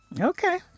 Okay